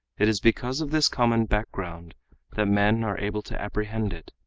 it is because of this common background that men are able to apprehend it.